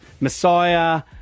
Messiah